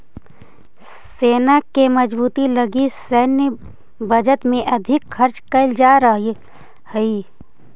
सेना के मजबूती लगी सैन्य बजट में अधिक खर्च कैल जा रहल हई